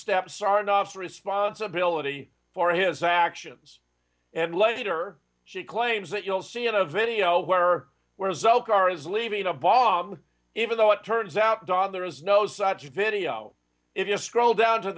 step sarnoff responsibility for his actions and later she claims that you'll see in the video where where zacarias leaving a bomb even though it turns out don there is no such a video if you scroll down to